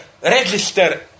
register